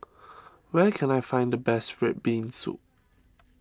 where can I find the best Red Bean Soup